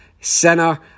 center